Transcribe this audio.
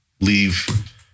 leave